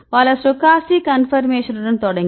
பல ஸ்டோக்காஸ்டிக் கன்பர்மேஷனுடன் தொடங்கி